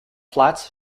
flats